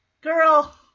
Girl